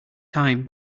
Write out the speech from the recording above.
time